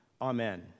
Amen